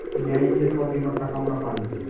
ন্যায় দিয়ে সব বীমার টাকা আমরা পায়